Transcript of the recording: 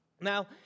Now